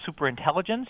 Superintelligence